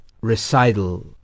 recital